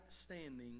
standing